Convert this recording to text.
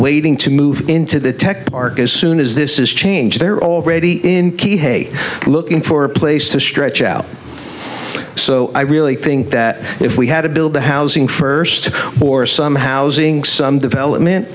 waiting to move into the tech park as soon as this is change they're already in the hay looking for a place to stretch out so i really think that if we had to build the housing first or some housing development